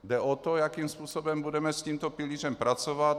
Jde o to, jakým způsobem budeme s tímto pilířem pracovat.